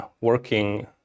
working